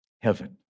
Heaven